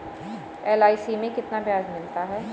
LIC में कितना ब्याज मिलता है?